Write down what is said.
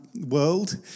world